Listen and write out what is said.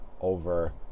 over